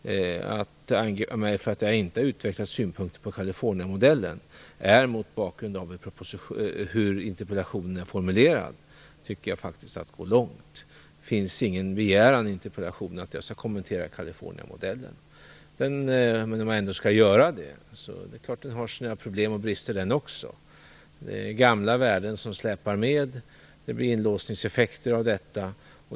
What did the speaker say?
Att angripa mig för att jag inte har utvecklat synpunkter på Californiamodellen är att gå långt mot bakgrund av hur interpellationen är formulerad. Det finns ingen begäran i interpellationen att jag skall kommentera Californiamodellen. Om jag ändå skall göra det vill jag säga att det är klart att den också har sina problem och brister. Det är gamla värden som släpar med. Det blir inlåsningseffekter av detta.